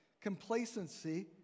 complacency